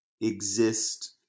exist